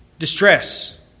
Distress